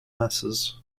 masses